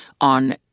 on